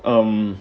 um